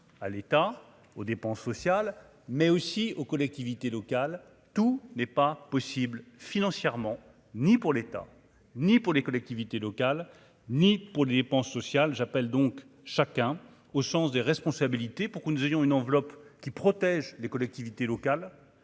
à l'État, aux dépenses sociales, mais aussi aux collectivités locales, tout n'est pas possible financièrement, ni pour l'État, ni pour les collectivités locales, ni pour les dépenses sociales, j'appelle donc chacun au sens des responsabilités pour que nous ayons une enveloppe qui protège les collectivités locales,